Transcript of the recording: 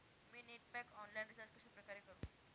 मी net pack online recharge कशाप्रकारे करु?